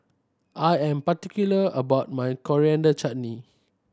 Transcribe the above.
I am particular about my Coriander Chutney